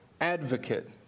advocate